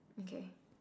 okay